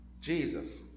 Jesus